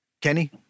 Kenny